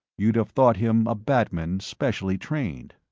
you'd have thought him a batman specially trained.